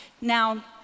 Now